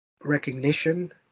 recognition